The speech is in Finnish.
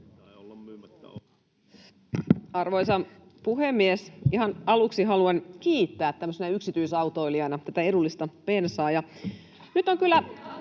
Arvoisa puhemies! Ihan aluksi haluan kiittää tämmöisenä yksityisautoilijana tätä edullista bensaa. [Naurua